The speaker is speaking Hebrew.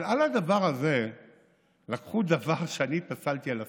אבל על הדבר הזה לקחו דבר שאני פסלתי על הסף.